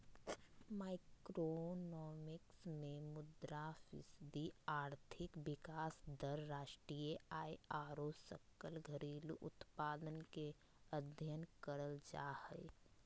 macroeconomics मे मुद्रास्फीति, आर्थिक विकास दर, राष्ट्रीय आय आरो सकल घरेलू उत्पाद के अध्ययन करल जा हय